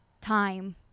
time